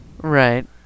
Right